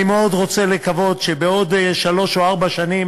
אני מאוד רוצה לקוות שבעוד שלוש או ארבע שנים